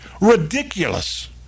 ridiculous